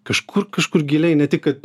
kažkur kažkur giliai ne tik kad